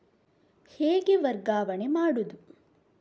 ಹೇಗೆ ವರ್ಗಾವಣೆ ಮಾಡುದು?